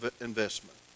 investment